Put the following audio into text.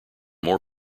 more